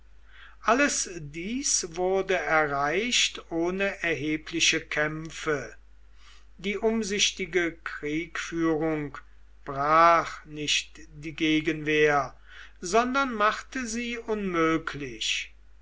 alles dies wurde erreicht ohne erhebliche kämpfe die umsichtige kriegführung brach nicht die gegenwehr sondern machte sie unmöglich